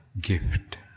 gift